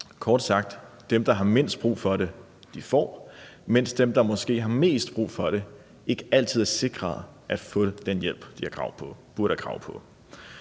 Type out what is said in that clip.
Kort sagt: Dem, der har mindst brug for det, får, mens dem, der måske har mest brug for det, ikke altid er sikret at få den hjælp, de burde have krav på.